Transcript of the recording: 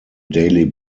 daily